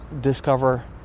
discover